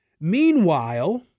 Meanwhile